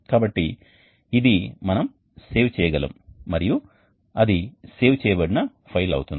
కాబట్టి ఇది మనం సేవ్ చేయగలము మరియు అది సేవ్ చేయబడిన ఫైల్ అవుతుంది